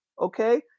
okay